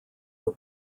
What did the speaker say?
were